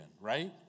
right